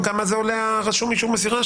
כמה עולה רשום אישור מסירה?